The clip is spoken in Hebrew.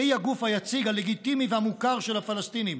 שהיא הגוף היציג הלגיטימי והמוכר של הפלסטינים,